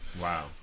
Wow